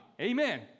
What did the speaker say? amen